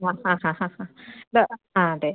ആ ആ ആ ആ ആ ആ അതെ